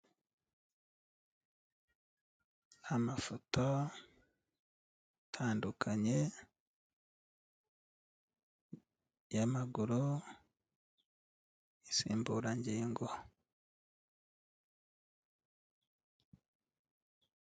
Amafoto atandukanye y'amaguru y'insimburangingo.